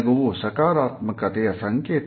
ನಗುವು ಸಕಾರಾತ್ಮಕತೆಯು ಸಂಕೇತ